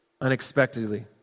unexpectedly